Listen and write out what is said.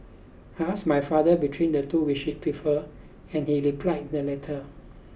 I asked my father between the two which he preferred and he replied the latter